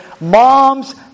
Moms